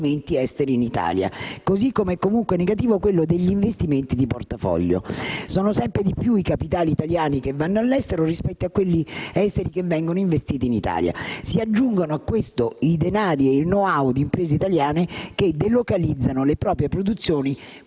esteri in Italia; così come è comunque negativo quello degli investimenti di portafoglio. Sono sempre di più i capitali italiani che vanno all'estero rispetto a quelli esteri che vengono investiti in Italia. Si aggiungano a questo i denari e il *know-how* di imprese italiane che delocalizzano le proprie produzioni